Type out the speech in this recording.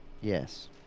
Yes